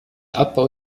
abbau